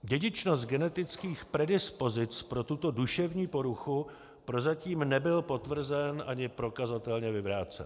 Dědičnost genetických predispozic pro tuto duševní poruchu prozatím nebyla potvrzena ani prokazatelně vyvrácena.